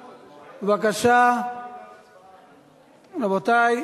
בבקשה, רבותי.